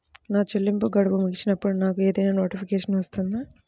నా చెల్లింపు గడువు ముగిసినప్పుడు నాకు ఏదైనా నోటిఫికేషన్ వస్తుందా?